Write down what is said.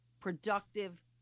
productive